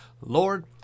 Lord